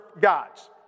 gods